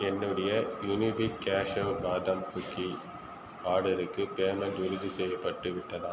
என்னுடைய Unibic cashew பாதாம் cookie ஆர்டர்க்கு பேமெண்ட் உறுதிசெய்யப்பட்டு விட்டதா